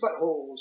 buttholes